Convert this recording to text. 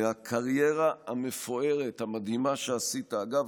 והקריירה המפוארת והמדהימה שעשית, אגב,